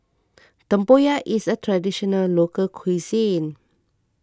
Tempoyak is a Traditional Local Cuisine